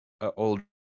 old